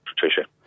Patricia